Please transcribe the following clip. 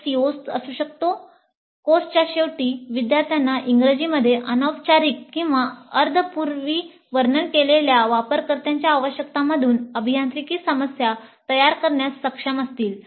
एक CO असू शकतो कोर्सच्या शेवटी विद्यार्थ्यांना इंग्रजीमध्ये अनौपचारिक किंवा अर्ध पूर्वी वर्णन केलेल्या वापरकर्त्याच्या आवश्यकतांमधून अभियांत्रिकी समस्या तयार करण्यास सक्षम असतील